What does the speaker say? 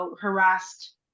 harassed